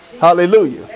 Hallelujah